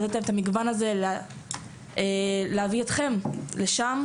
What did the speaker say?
לתת להם את המגוון הזה להביא אתכם לשם,